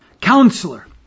Counselor